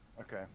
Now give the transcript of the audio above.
Okay